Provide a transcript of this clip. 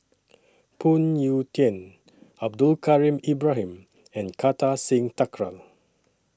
Phoon Yew Tien Abdul Kadir Ibrahim and Kartar Singh Thakral